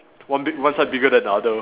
one big one side bigger than the other